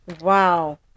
Wow